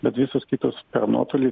bet visos kitos per nuotolį